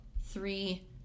three